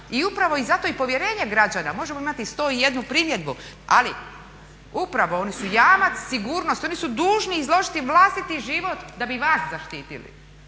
i upravo i zato povjerenje građana, možemo imati i 101 primjedbu, ali upravo, oni su jamac sigurnosti, oni su dužni izložiti vlastiti život da bi vas zaštitili.